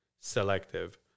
selective